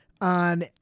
on